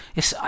Yes